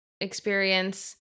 experience